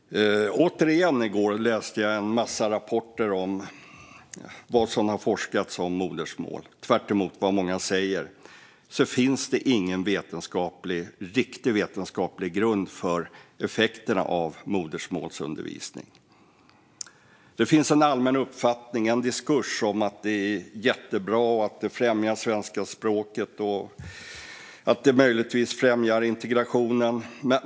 I går läste jag återigen en massa rapporter om vad man har forskat på när det gäller modersmålsundervisning. Tvärtemot vad många säger finns det ingen riktig vetenskaplig grund när det gäller effekterna av modersmålsundervisning. Det finns en allmän uppfattning, en diskurs, om att det är jättebra och främjar svenska språket och möjligtvis integrationen.